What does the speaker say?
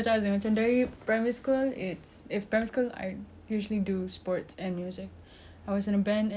usually do sports and music I was in band and then I moved to volleyball netball softball